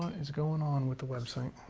is going on with the website?